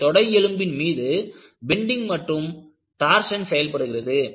இந்த தொடை எலும்பின் மீது பெண்டிங் மற்றும் டார்சன் செயல்படுகிறது